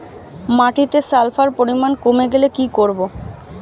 মাটিতে সালফার পরিমাণ কমে গেলে কি করব?